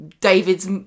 David's